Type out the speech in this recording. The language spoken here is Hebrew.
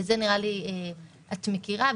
וזה נראה לי שאת מכירה,